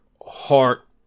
heart